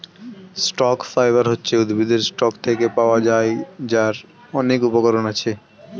stock fibre হচ্ছে উদ্ভিদের stalk থেকে পাওয়া যায়, যার অনেক উপকরণ আছে